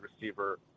receiver